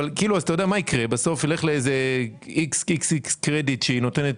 אבל בסוף ילך לאיקס קרדיט שהיא נותנת